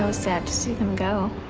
sad to see them go.